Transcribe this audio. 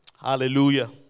Hallelujah